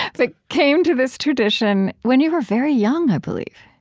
but came to this tradition when you were very young, i believe